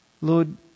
Lord